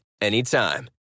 anytime